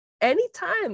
Anytime